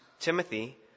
Timothy